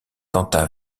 tenta